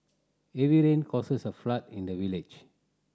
heavy rain causes a flood in the village